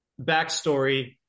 backstory